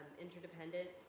interdependent